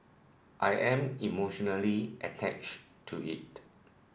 I am emotionally attached to it